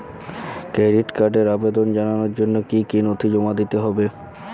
Credit কার্ডের আবেদন জানানোর জন্য কী কী নথি জমা দিতে হবে?